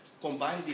combine